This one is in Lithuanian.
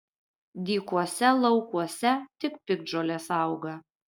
dykuose laukuose tik piktžolės auga